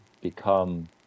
become